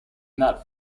that